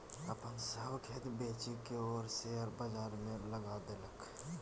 अपन सभ खेत बेचिकए ओ शेयर बजारमे लगा देलकै